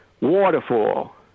waterfall